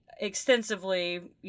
extensively